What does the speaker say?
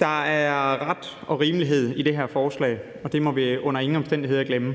Der er ret og rimelighed i det her forslag, og det må vi under ingen omstændigheder glemme.